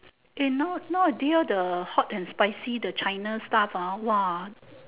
eh now now they all the hot and spicy the china stuff ah !wah!